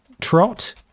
trot